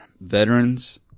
veterans